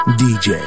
dj